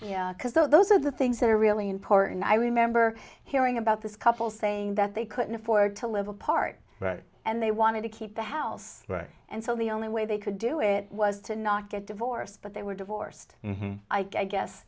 because those are the things that are really important i remember hearing about this couple saying that they couldn't afford to live apart and they wanted to keep the house and so the only way they could do it was to not get divorced but they were divorced i guess